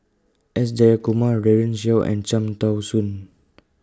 S Jayakumar Daren Shiau and Cham Tao Soon